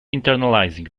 internalizing